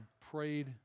prayed